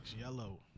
yellow